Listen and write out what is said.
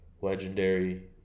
Legendary